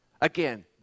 Again